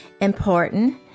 important